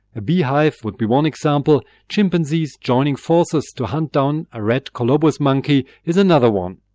a bee hive would be one example, chimpanzees joining forces to hunt down a red colobus monkey is another one.